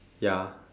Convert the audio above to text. ya